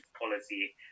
policy